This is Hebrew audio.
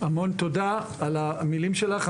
המון תודה על המלים שלך.